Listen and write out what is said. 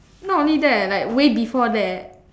not only that like way before that